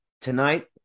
tonight